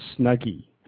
Snuggie